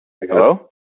Hello